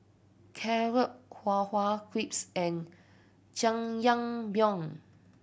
Carrot Halwa Crepes and Jajangmyeon